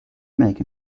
make